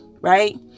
right